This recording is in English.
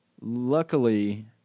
Luckily